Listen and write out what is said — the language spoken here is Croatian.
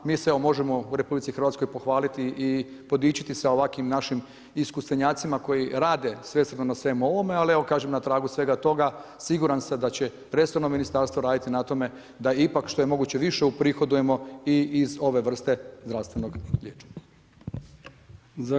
Mi se evo možemo u RH pohvaliti i podičiti sa ovakvim našim iskustvenjacima koji rade svestrano na svemu ovome, ali evo kažem na tragu svega toga siguran sam da će resorno ministarstvo raditi na tome da ipak što je moguće više uprihodujemo i iz ove vrste zdravstvenog liječenja.